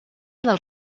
dels